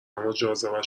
اماجاذبه